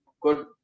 good